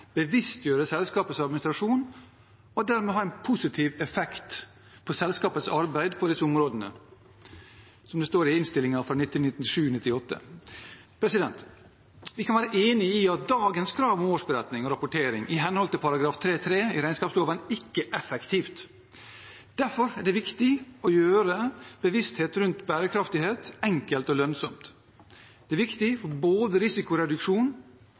bevisstgjøre selskapets administrasjon og dermed ha en positiv effekt på selskapets arbeid på disse områdene, som det står i innstillingen fra 1997–1998. Vi kan være enig i at dagens krav om årsberetning og rapportering i henhold til § 3-3 i regnskapsloven ikke er effektivt. Derfor er det viktig å gjøre bevissthet rundt bærekraft enkelt og lønnsomt. Det er viktig for både risikoreduksjon